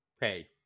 hey